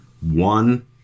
one